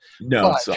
No